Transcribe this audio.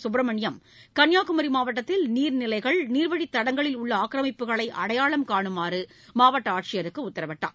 சுப்பிரமணியம் கன்னியாகுமரி மாவட்டத்தில் நீர்நிலைகள் நீர்வழித் தடங்களில் உள்ள ஆக்கிரமிப்புகளை அடையாளம் காணுமாறு மாவட்ட ஆட்சியருக்கு உத்தரவிட்டார்